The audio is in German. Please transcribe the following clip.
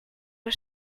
der